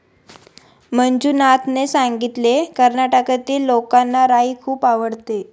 मंजुनाथने सांगितले, कर्नाटकातील लोकांना राई खूप आवडते